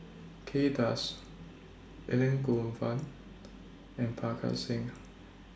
Kay Das Elangovan and Parga Singh